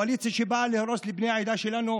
קואליציה שבאה להרוס לבני העדה שלנו,